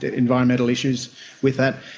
environmental issues with that.